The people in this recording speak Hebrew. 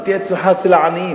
אם תהיה צמיחה אצל העניים,